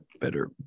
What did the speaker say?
better